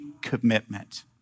commitment